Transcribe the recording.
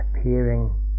appearing